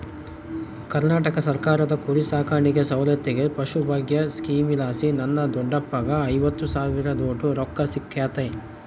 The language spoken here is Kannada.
ಕರ್ನಾಟಕ ಸರ್ಕಾರದ ಕುರಿಸಾಕಾಣಿಕೆ ಸೌಲತ್ತಿಗೆ ಪಶುಭಾಗ್ಯ ಸ್ಕೀಮಲಾಸಿ ನನ್ನ ದೊಡ್ಡಪ್ಪಗ್ಗ ಐವತ್ತು ಸಾವಿರದೋಟು ರೊಕ್ಕ ಸಿಕ್ಕತೆ